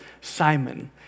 Simon